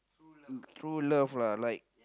true love lah like